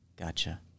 Gotcha